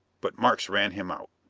but markes ran him out.